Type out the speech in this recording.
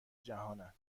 جهانند